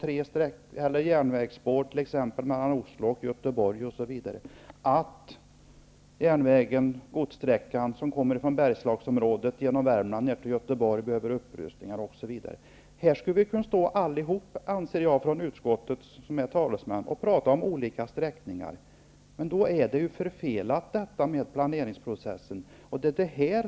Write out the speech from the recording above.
Han talar t.ex. om järnvägsspår mellan Göteborg behöver en upprustning osv. Alla vi som är talesmän för utskottet kunde stå här och tala om olika sträckningar. Men då skulle syftet med planeringsprocessen vara förfelat.